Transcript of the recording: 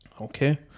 okay